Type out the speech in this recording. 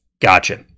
Gotcha